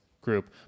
group